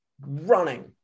running